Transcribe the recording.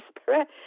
Spirit